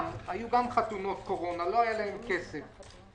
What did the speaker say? היו גם חתונות קורונה לא היה להם כסף.